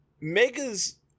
Megas